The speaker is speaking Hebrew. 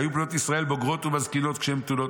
והיו בנות ישראל בוגרות ומזקינות כשהן בתולות.